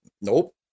Nope